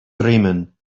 dreaming